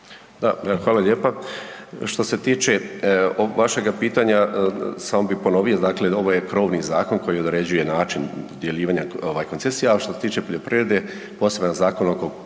hvala lijepa. Što se tiče vašega pitanja samo bi ponovio, dakle ovo je krovni zakon koji određuje način dodjeljivanja ovaj koncesija, a što se tiče poljoprivrede poseban Zakon o